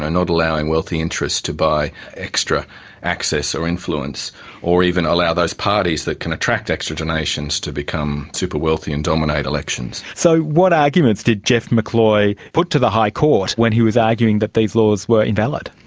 ah not allowing wealthy interests to buy extra access or influence or even allow those parties that can attract extra donations to become super wealthy and dominate elections. so what arguments did jeff mccloy put to the high court when he was arguing that these laws were invalid?